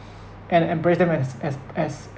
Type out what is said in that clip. and embrace them as as as